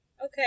Okay